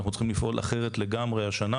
ואנחנו צריכים לפעול אחרת לגמרי השנה,